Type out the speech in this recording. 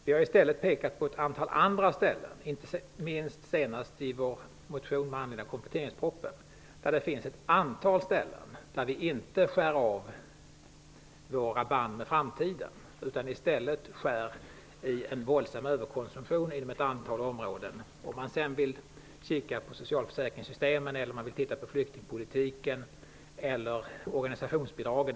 Vi har i stället pekat på ett antal andra områden, inte minst i vår motion med anledning av kompletteringspropositionen. Det finns ett antal områden där vi inte skär av våra band med framtiden utan i stället skär i en våldsam överkonsumtion. Det kan gälla socialförsäkringssystemen, flyktingpolitiken eller organisationsbidragen.